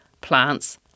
plants